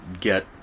get